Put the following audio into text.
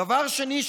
דבר שני,